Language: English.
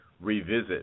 revisit